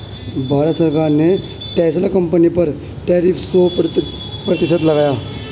भारत सरकार ने Tesla company पर टैरिफ सो प्रतिशत लगाया